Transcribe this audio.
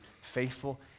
faithful